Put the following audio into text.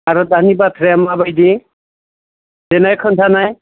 आरो दानि बाथ्राया मा बायदि देनाय खोन्थानाय